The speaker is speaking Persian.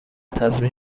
تضمین